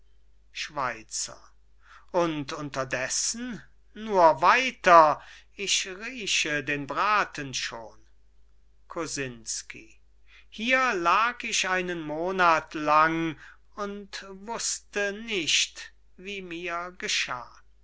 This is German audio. schweizer und unterdessen nur weiter ich rieche den braten schon kosinsky hier lag ich einen monath lang und wußte nicht wie mir geschah